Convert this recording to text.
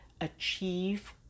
achieve